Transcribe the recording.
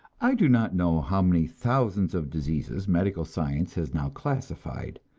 i do not know how many thousands of diseases medical science has now classified.